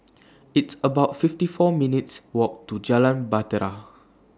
It's about fifty four minutes' Walk to Jalan Bahtera